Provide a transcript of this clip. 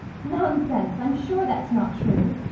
nonsense! i'm sure that's not true.